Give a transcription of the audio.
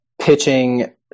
pitching